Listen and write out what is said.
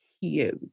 huge